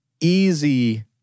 easy